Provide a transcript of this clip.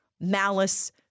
malice